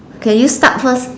can you start first